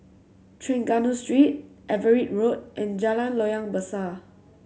Trengganu Street Everitt Road and Jalan Loyang Besar